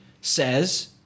says